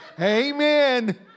Amen